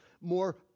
more